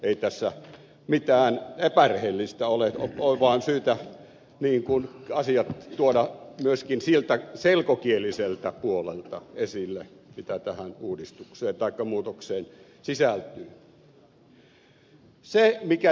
ei tässä mitään epärehellistä ole on vaan syytä tuoda myöskin siltä selkokieliseltä puolelta esille ne asiat mitä tähän muutokseen sisältyy